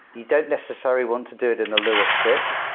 you don't necessarily want to do it in a lua script,